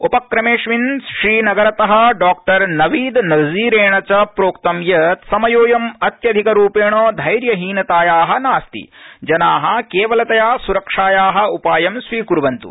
उपक्रमऽरिमन् श्रीनगरत डॉ नवीदनज़ीरच प्रोक्तं यत् समयोऽवं अत्यधिकरूपण्धर्यस्डीनताया नास्ति जना क्विलतया सुरक्षाया उपायं स्वीकुर्वन्तु